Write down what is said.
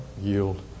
yield